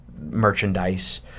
merchandise